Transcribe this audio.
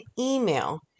email